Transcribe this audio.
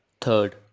Third